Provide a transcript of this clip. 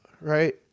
right